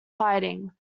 fighting